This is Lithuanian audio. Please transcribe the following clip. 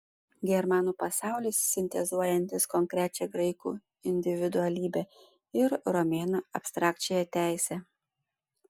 germanų pasaulis sintezuojantis konkrečią graikų individualybę ir romėnų abstrakčiąją teisę